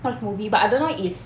watch movie but I don't know is